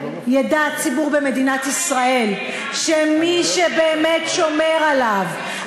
ידע הציבור במדינת ישראל שמי שבאמת שומר עליו,